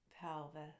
pelvis